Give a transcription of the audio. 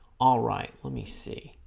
all right let me see